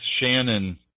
Shannon